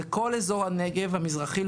לפחות בכל אזור הנגב המזרחי.